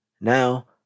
Now